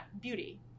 beauty